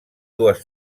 dues